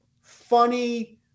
funny